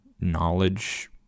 knowledge